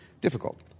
difficult